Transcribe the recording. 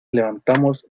levantamos